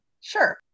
Sure